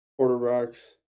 quarterbacks